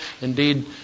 Indeed